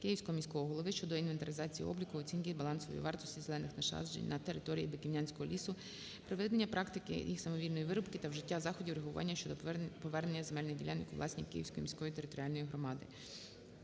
Київського міського голови щодо інвентаризації, обліку, оцінки балансової вартості зелених насаджень на територіїБиківнянського лісу, припинення практики їх самовільної вирубки та вжиття заходів реагування щодо повернення земельних ділянок у власність Київської міської територіальної громади.